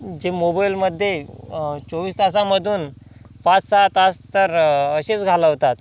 जे मोबाईलमध्ये चोवीस तासामधून पाच सहा तास तर असेच घालवतात